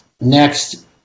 Next